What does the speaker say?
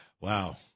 Wow